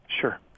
Sure